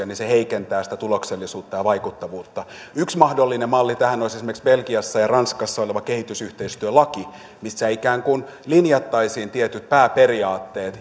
niin se heikentää sitä tuloksellisuutta ja vaikuttavuutta yksi mahdollinen malli tähän olisi esimerkiksi belgiassa ja ranskassa oleva kehitysyhteistyölaki missä ikään kuin linjattaisiin tietyt pääperiaatteet